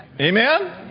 Amen